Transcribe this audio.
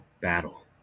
battle